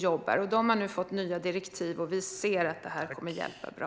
Kommittén har nu fått nya direktiv och vi ser att de kommer att hjälpa bra.